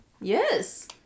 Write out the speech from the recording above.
yes